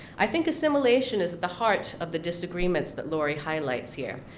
i think assimilation is the heart of the disagreements that lori highlights here.